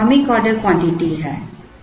तो यह economic order quantity है